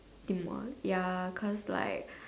did more ya cause like